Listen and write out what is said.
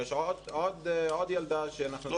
לא,